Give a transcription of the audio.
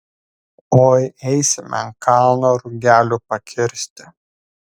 oi eisime ant kalno rugelių pakirsti